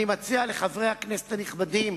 אני מציע לחברי הכנסת הנכבדים,